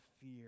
fear